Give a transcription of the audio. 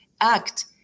act